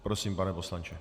Prosím, pane poslanče.